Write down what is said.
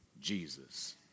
Jesus